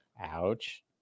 Ouch